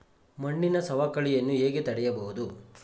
ಮಣ್ಣಿನ ಸವಕಳಿಯನ್ನು ಹೇಗೆ ತಡೆಯಬಹುದು?